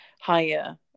higher